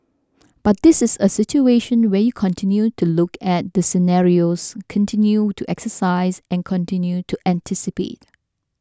but this is a situation where you continue to look at the scenarios continue to exercise and continue to anticipate